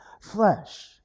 flesh